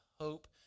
hope